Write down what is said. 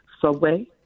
Subway